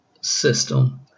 system